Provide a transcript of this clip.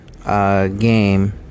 Game